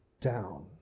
down